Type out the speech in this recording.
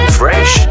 fresh